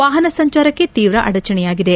ವಾಹನ ಸಂಚಾರಕ್ಕೆ ತೀವ್ರ ಅಡಚಣೆಯಾಗಿದೆ